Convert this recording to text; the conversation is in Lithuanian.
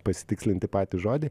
pasitikslinti patį žodį